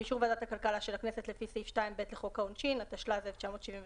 ובאישור ועדת הכלכלה של הכנסת לפי סעיף 2(ב) לחוק העונשין התשל"ז 1977,